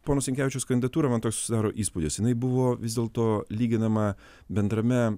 pono sinkevičiaus kandidatūra man toks susidaro įspūdis jinai buvo vis dėlto lyginama bendrame